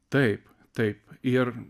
taip taip ir